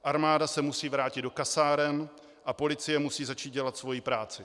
Armáda se musí vrátit do kasáren a policie musí začít dělat svoji práci.